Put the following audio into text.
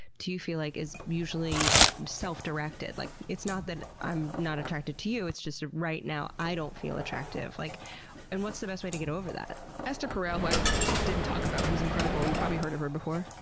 do you feel like is usually self-directed? like, it's not that i'm not attracted to you, it's just that right now, i don't feel attractive. like and what's the best way to get over that? esther perel, who i didn't talk about, who's incredible you've probably heard of her before.